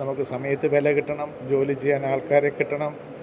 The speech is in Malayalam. നമുക്ക് സമയത്ത് വില കിട്ടണം ജോലി ചെയ്യാൻ ആൾക്കാരെ കിട്ടണം